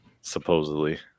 supposedly